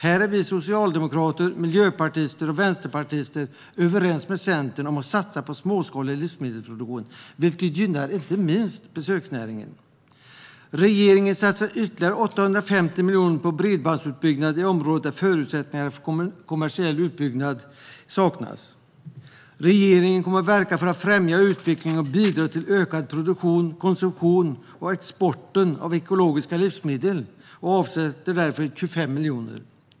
Här är vi socialdemokrater, miljöpartister och vänsterpartister överens med Centern om att satsa på småskalig livsmedelsproduktion, vilket gynnar inte minst besöksnäringen. Regeringen satsar ytterligare 850 miljoner på bredbandsutbyggnad i områden där förutsättningar för kommersiell utbyggnad saknas. Regeringen kommer att verka för att främja utvecklingen och bidra till att öka produktionen, konsumtionen och exporten av ekologiska livsmedel och avsätter därför 25 miljoner.